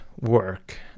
work